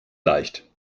leicht